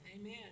Amen